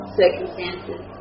circumstances